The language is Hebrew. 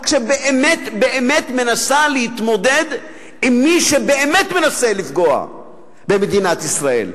שבאמת באמת מנסה להתמודד רק עם מי שבאמת מנסה לפגוע במדינת ישראל.